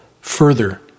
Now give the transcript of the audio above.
Further